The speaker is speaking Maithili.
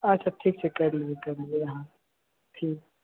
अच्छा ठीक छै करि लेबै करि लेबै हम ठीक